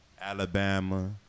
Alabama